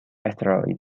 asteroid